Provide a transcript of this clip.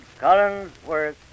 Collinsworth